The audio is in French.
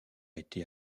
été